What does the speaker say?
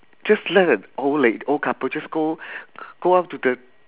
just let a old lad~ old couple just go go up to the